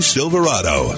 Silverado